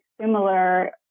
similar